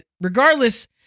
Regardless